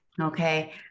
Okay